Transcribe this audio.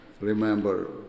remember